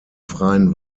freien